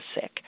sick